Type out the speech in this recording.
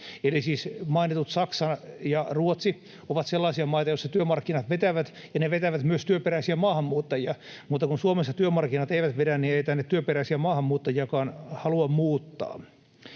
mainitut Saksa ja Ruotsi ovat sellaisia maita, joissa työmarkkinat vetävät ja ne vetävät myös työperäisiä maahanmuuttajia. Mutta kun Suomessa työmarkkinat eivät vedä, niin ei tänne työperäisiä maahanmuuttajiakaan halua muuttaa.